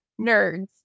nerds